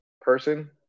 person